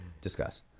Discuss